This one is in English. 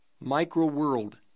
micro-world